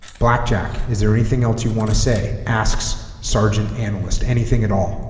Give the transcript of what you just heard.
blackjack is there anything else you want to say asks sergeant analyst anything at all